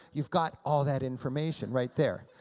you've got all that information right there.